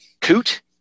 Coot